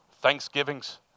thanksgivings